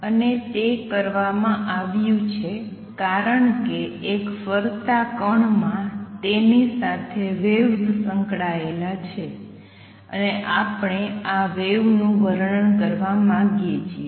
અને તે કરવામાં આવ્યું છે કારણ કે એક ફરતા કણમાં તેની સાથે વેવ્સ સંકળાયેલા છે અને આપણે આ વેવનું વર્ણન કરવા માંગીએ છીએ